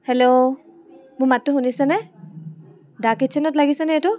hello মোৰ মাতটো শুনিছেনে দ্য কিটচেনত লাগিছেনে এইটো